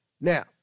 Now